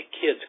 kids